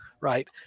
Right